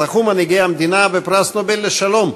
זכו מנהיגי המדינה בפרס נובל לשלום.